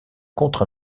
contre